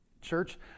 Church